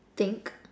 think